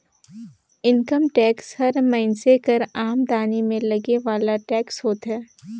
income tax हर मइनसे कर आमदनी में लगे वाला टेक्स होथे